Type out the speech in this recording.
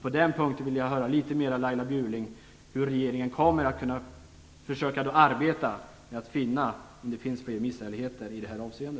På den punkten vill jag höra litet mer från Laila Bjurling om hur regeringen kommer att arbeta för att se om det finns fler misshälligheter i detta avseende.